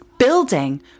Building